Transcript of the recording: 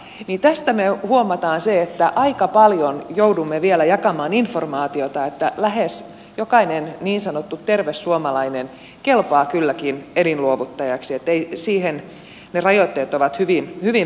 tästä me huomaamme sen että aika paljon joudumme vielä jakamaan informaatiota siitä että lähes jokainen niin sanottu terve suomalainen kelpaa kylläkin elinluovuttajaksi että ne rajoitteet ovat hyvin vähäiset